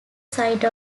side